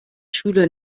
schüler